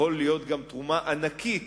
יכול להיות גם תרומה ענקית